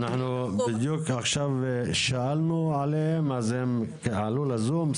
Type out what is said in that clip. אנחנו בדיוק עכשיו שאלנו עליהם, אז הם עלו לזום.